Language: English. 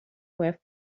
were